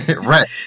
right